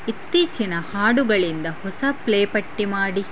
ಇತ್ತೀಚಿನ ಹಾಡುಗಳಿಂದ ಹೊಸ ಪ್ಲೇ ಪಟ್ಟಿ ಮಾಡಿ